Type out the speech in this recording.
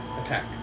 Attack